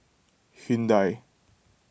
Hyundai